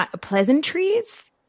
pleasantries